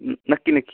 न नक्की नक्की